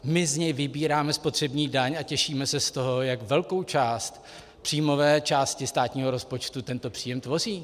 My z něj vybíráme spotřební daň a těšíme se z toho, jak velkou část příjmové části státního rozpočtu tento příjem tvoří.